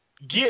get –